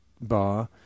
bar